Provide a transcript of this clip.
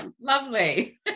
Lovely